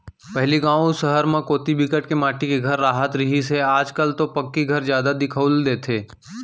पहिली गाँव अउ सहर म कोती बिकट के माटी के घर राहत रिहिस हे आज कल तो पक्की घर जादा दिखउल देथे